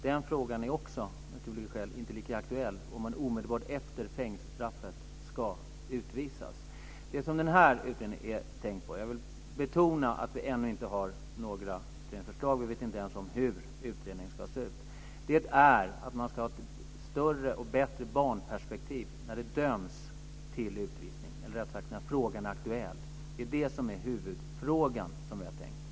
Den frågan är också av naturliga skäl inte lika aktuell om man omedelbart efter fängelsestraffet ska utvisas. Jag vill betona att vi ännu inte har några utredningsförslag. Vi vet inte ens hur utredningen ska se ut. Men det som utredningen ska ta upp är att man ska ha ett större och bättre barnperspektiv när människor döms till utvisning, eller rättare sagt när frågan är aktuell. Det är det som vi har tänkt ska vara huvudfrågan.